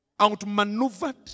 Outmaneuvered